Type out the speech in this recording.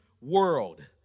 world